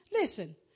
Listen